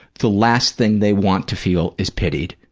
the last thing they want to feel is pitied